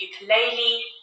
ukulele